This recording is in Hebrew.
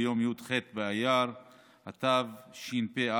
ביום י"ח באייר התשפ"א,